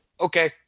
okay